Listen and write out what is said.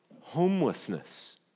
homelessness